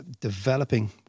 developing